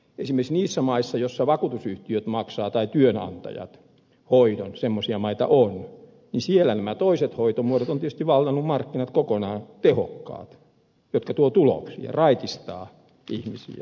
esimerkiksi niissä maissa joissa vakuutusyhtiöt tai työnantajat maksavat hoidon semmoisia maita on nämä toiset hoitomuodot ovat tietysti vallanneet markkinat kokonaan tehokkaat jotka tuovat tuloksia raitistavat ihmisiä työkykyisiksi